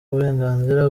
uburenganzira